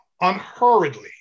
unhurriedly